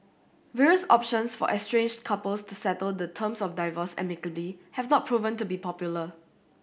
various options for estranged couples to settle the terms of divorce amicably have not proven to be popular